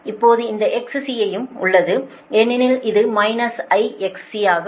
இப்போது இந்த XC யும் உள்ளது ஏனெனில் இது மைனஸ் IXC ஆக உள்ளது